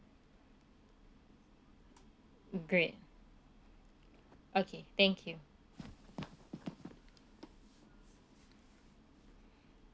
great okay thank you